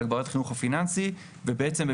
בעצם,